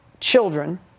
children